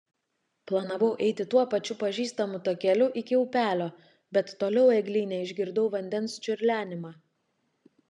planavau eiti tuo pačiu pažįstamu takeliu iki upelio bet toliau eglyne išgirdau vandens čiurlenimą